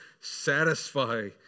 Satisfy